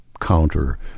counter-